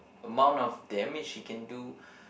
amount of damage he can do